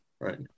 Right